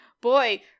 boy